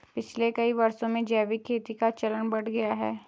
पिछले कई वर्षों में जैविक खेती का चलन बढ़ गया है